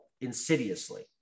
insidiously